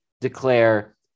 declare